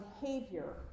behavior